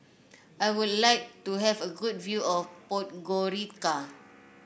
I would like to have a good view of Podgorica